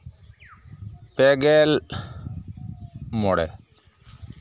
ᱯᱮᱜᱮᱞ ᱢᱚᱬᱮ